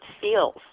feels